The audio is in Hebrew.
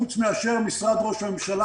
חוץ מאשר משרד ראש הממשלה,